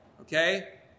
Okay